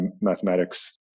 mathematics